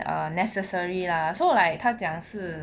err necessary lah so like 他讲是